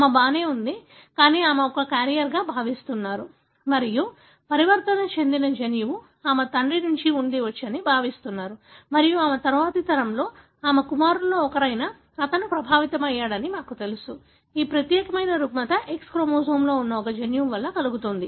ఆమె బాగానే ఉంది కానీ ఆమె ఒక క్యారియర్గా భావిస్తున్నారు మరియు పరివర్తన చెందిన జన్యువు ఆమె తండ్రి నుండి వచ్చి ఉండవచ్చని భావిస్తున్నారు మరియు ఆమె తరువాతి తరంలో ఆమె కుమారుల్లో ఒకరైన అతను ప్రభావితమయ్యాడని మాకు తెలుసు ఈ ప్రత్యేక రుగ్మత X క్రోమోజోమ్లో ఉన్న ఒక జన్యువు వలన కలుగుతుంది